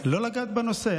לא לגעת בנושא?